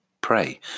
pray